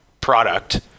product